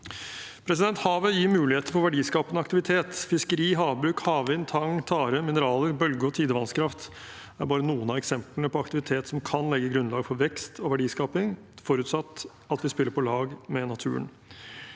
Havet gir muligheter for verdiskapende aktivitet: fiskeri, havbruk, havvind, tang, tare, mineraler, bølge- og tidevannskraft er bare noen av eksemplene på aktivitet som kan legge grunnlag for vekst og verdiskaping, forutsatt at vi spiller på lag med naturen.